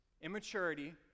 Immaturity